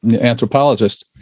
anthropologist